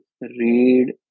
Read